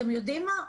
אתם יודעים מה?